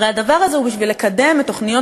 הרי הדבר הזה הוא בשביל לקדם את תוכניות